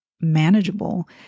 manageable